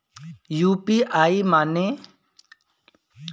UPI माने?